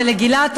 ולגלעד.